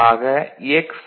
ஆக x R 1 1